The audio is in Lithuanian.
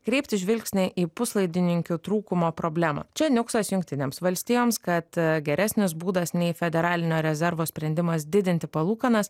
kreipti žvilgsnį į puslaidininkių trūkumo problemą čia niuksas jungtinėms valstijoms kad geresnis būdas nei federalinio rezervo sprendimas didinti palūkanas